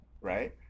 Right